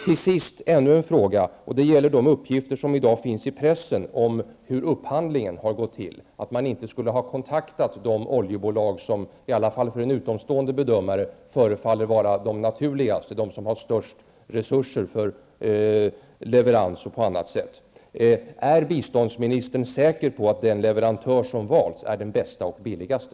Till sist ännu en fråga som gäller de uppgifter som finns i pressen i dag om hur upphandlingen har gått till och att man inte skulle ha kontaktat de oljebolag som i alla fall för en utomstående bedömare förefaller vara de naturligaste, de som har störst resurser för leverans och på annat sätt. Är biståndsministern säker på att den leverantör som valts är den bästa och billigaste?